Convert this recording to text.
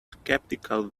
skeptical